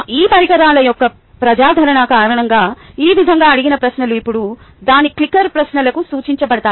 ఈ పరికరాల యొక్క ప్రజాదరణ కారణంగా ఈ విధంగా అడిగిన ప్రశ్నలు ఇప్పుడు దాని క్లిక్కర్ ప్రశ్నలకు సూచించబడతాయి